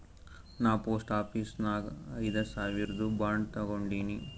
ನಾ post office ನಾಗ್ ಐಯ್ದ ಸಾವಿರ್ದು ಬಾಂಡ್ ತಗೊಂಡಿನಿ